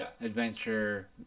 adventure